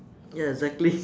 ya exactly